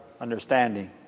understanding